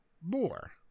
more